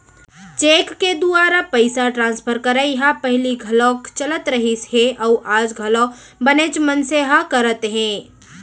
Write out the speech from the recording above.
cheque के दुवारा पइसा ट्रांसफर करई ह पहिली घलौक चलत रहिस हे अउ आज घलौ बनेच मनसे ह करत हें